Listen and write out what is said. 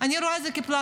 אני רואה את זה כפלסטרים.